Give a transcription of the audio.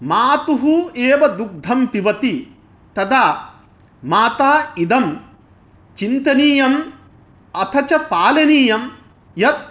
मातुः एव दुग्धं पिबति तदा मात्रा इदं चिन्तनीयम् अथ च पालनीयं यत्